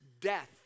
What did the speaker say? death